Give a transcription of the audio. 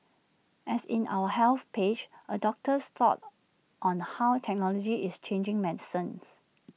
as in our health page A doctor's thoughts on how technology is changing medicines